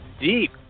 deep